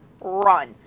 run